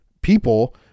people